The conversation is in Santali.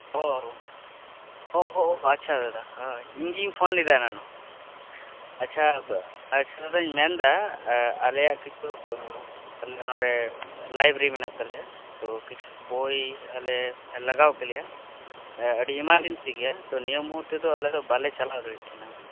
ᱚᱻ ᱚᱻᱚᱻ ᱟᱪᱪᱷᱟ ᱫᱟᱫᱟ ᱦᱳᱭ ᱤᱧ ᱜᱤᱧ ᱯᱷᱳᱱ ᱞᱮᱫᱟ ᱮᱱᱟᱱᱚᱜ ᱟᱪᱷᱟ ᱟᱪᱪᱷᱟ ᱫᱟᱫᱟᱧ ᱢᱮᱱ ᱫᱟ ᱦᱮᱸ ᱟᱞᱮᱭᱟᱜ ᱠᱤᱪᱷᱩ ᱵᱳᱭ ᱟᱞᱮ ᱱᱚᱰᱮ ᱞᱟᱭᱵᱮᱨᱤ ᱢᱮᱱᱟᱜ ᱛᱟᱞᱮᱭᱟ ᱛᱚ ᱠᱤᱪᱷᱩ ᱵᱳᱭ ᱟᱞᱮ ᱞᱟᱜᱟᱣ ᱠᱮᱞᱮᱭᱟ ᱮᱻ ᱟᱰᱤ ᱮᱢᱟᱨᱡᱮᱱᱥᱤ ᱜᱮ ᱛᱚ ᱱᱤᱭᱟᱹ ᱢᱩᱦᱩᱨ ᱛᱮ ᱟᱞᱮ ᱵᱟᱞᱮ ᱪᱟᱞᱟᱣ ᱫᱟᱲᱮᱭᱟᱜ ᱠᱟᱱᱟ